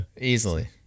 Easily